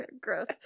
Gross